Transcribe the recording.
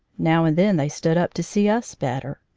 now and then they stood up to see us better.